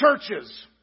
churches